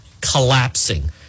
collapsing